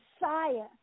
Messiah